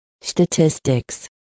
statistics